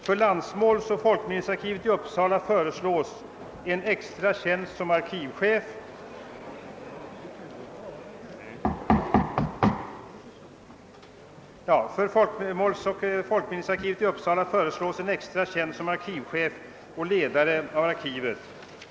För landsmålsoch folkminnesarkivet i Uppsala föreslås en extra tjänst som arkivchef och ledare av arkivet; en tjänst som förste arkivarie skall liksom för närvarande hållas obesatt.